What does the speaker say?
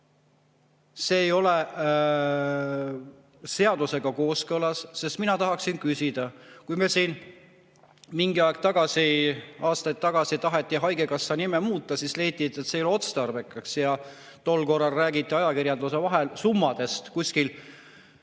See ei ole seadusega kooskõlas. Mina tahaksin küsida selle kohta, et kui siin mingi aeg tagasi, aastaid tagasi taheti haigekassa nime muuta, siis leiti, et see ei ole otstarbekas. Tol korral räägiti ajakirjanduses summast kuskil